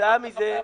וכתוצאה מזה,